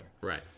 Right